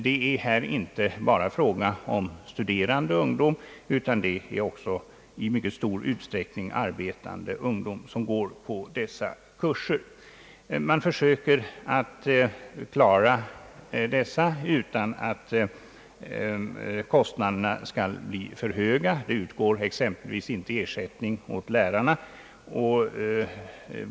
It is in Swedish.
Deltagarna i dessa kurser är inte bara studerande utan i mycket stor utsträckning också arbetande ungdom. Man försöker klara denna kursverksamhet utan att kostnaderna skall bli för höga. Det utgår exempelvis ingen ersättning till lärarna.